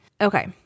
Okay